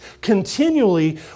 continually